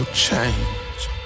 change